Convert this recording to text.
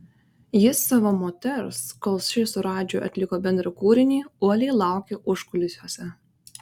jis savo moters kol ši su radži atliko bendrą kūrinį uoliai laukė užkulisiuose